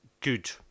good